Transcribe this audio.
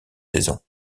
saisons